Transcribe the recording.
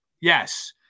yes